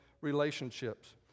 relationships